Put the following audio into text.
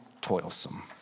toilsome